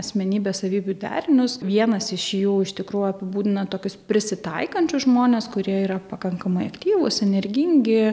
asmenybės savybių derinius vienas iš jų iš tikrųjų apibūdina tokius prisitaikančius žmones kurie yra pakankamai aktyvūs energingi